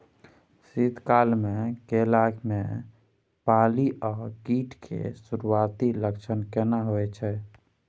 शीत काल में केला में पाला आ कीट के सुरूआती लक्षण केना हौय छै?